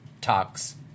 talks